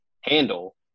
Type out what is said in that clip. handle